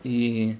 அய்யய்ய:ayyayya